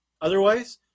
Otherwise